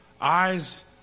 Eyes